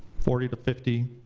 forty to fifty,